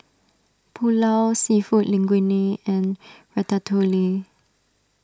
Pulao Seafood Linguine and Ratatouille